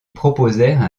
proposèrent